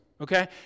okay